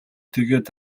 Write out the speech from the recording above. тэгээд